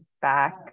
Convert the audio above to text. back